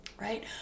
right